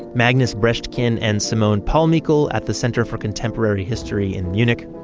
magnus breschtken and simone paulmichl at the center for contemporary history in munich.